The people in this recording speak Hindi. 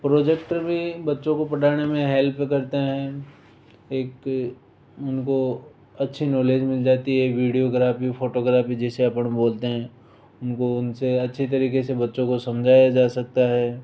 प्रोजेक्टर में बच्चो को पढ़ाने में हेल्प करते हैं एक उनको अच्छी नॉलेज मिल जाती है वीडियोग्राफी फोटोग्राफी जिसे अपन बोलते हैं उनको उनसे अच्छी तरीके से बच्चों को समझाया जा सकता है